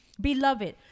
beloved